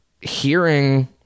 hearing